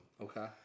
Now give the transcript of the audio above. Okay